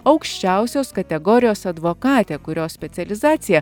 aukščiausios kategorijos advokatė kurios specializacija